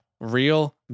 real